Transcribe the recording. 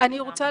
אני רוצה,